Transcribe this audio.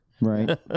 Right